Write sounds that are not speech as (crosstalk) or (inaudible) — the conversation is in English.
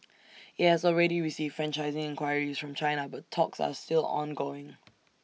(noise) IT has already received franchising enquiries from China but talks are still ongoing (noise)